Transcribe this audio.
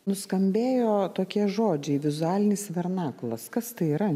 nuskambėjo tokie žodžiai vizualinis vernakulas kas tai yra